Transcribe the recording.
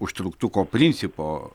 užtrauktuko principo